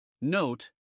Note